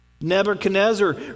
Nebuchadnezzar